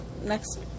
next